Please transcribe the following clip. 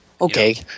okay